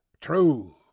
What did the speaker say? true